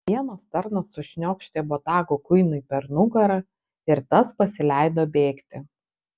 vienas tarnas sušniokštė botagu kuinui per nugarą ir tas pasileido bėgti